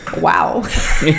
wow